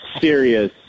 serious